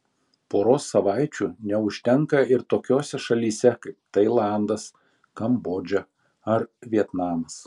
poros savaičių neužtenka ir tokiose šalyse kaip tailandas kambodža ar vietnamas